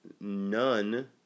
none